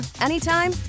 anytime